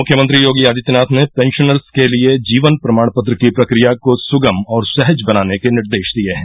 मुख्यमंत्री योगी आदित्यनाथ ने पेंशनर्स के लिये जीवन प्रमाण पत्र की प्रक्रिया को सुगम और सहज बनाने के निर्देश दिये हैं